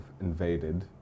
invaded